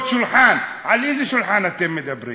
שולחן" על איזה שולחן אתם מדברים?